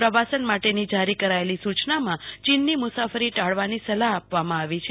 પ્રવાસન માટેની જારી કરાયેલી સૂચનામાં ચીનની મુસાફરી ટાળવાની સલાહ આપવામાં આવી છે